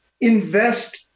invest